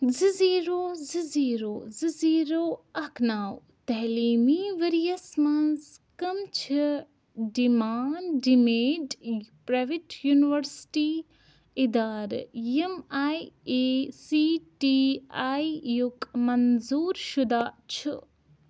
زٕ زیٖرو زٕ زیٖرو زٕ زیٖرو اکھ نو تعلیٖمی ؤرۍ یَس مَنٛز کم چھِ ڈِمانٛڈ ڈِمیڈ پرٛاویٹ یونیورسِٹی اِدارٕ یِم I A C T I یُک منظوٗر شُدہ چھُ